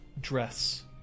dress